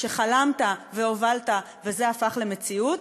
שחלמת והובלת וזה הפך למציאות,